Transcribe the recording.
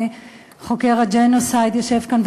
חוקר הג'נוסייד יושב כאן,